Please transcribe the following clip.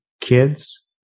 kids